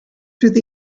through